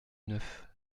neuf